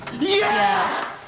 Yes